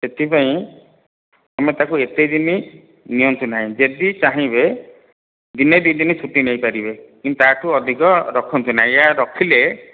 ସେଥିପାଇଁ ତମେ ତାକୁ ଏତେଦିନ ନିଅନ୍ତୁ ନାହିଁ ଯଦି ଚାହିଁବେ ଦିନେ ଦୁଇ ଦିନ ଛୁଟି ନେଇପାରିବେ କିନ୍ତୁ ତାଠୁ ଅଧିକ ରଖନ୍ତୁ ନାହିଁ ରଖିଲେ